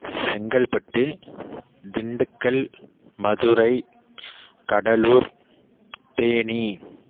Chengalpattu Dindigul Madurai Cuddalore Theni